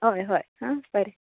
हय हय हां बरें